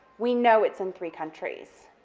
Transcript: we know it's in three countries,